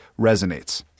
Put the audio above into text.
resonates